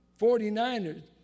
49ers